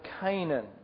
Canaan